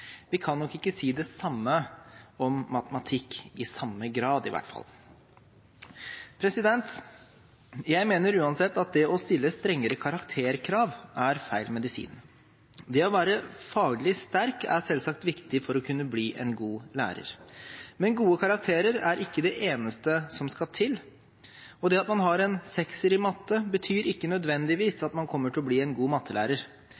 Vi kan nok ikke si det samme om matematikk, i samme grad i hvert fall. Jeg mener uansett at det å stille strengere karakterkrav er feil medisin. Det å være faglig sterk er selvsagt viktig for å kunne bli en god lærer, men gode karakterer er ikke det eneste som skal til. Det at man har en sekser i matte, betyr ikke nødvendigvis at man kommer til å bli en god mattelærer.